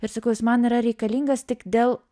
ir sakau jis man yra reikalingas tik dėl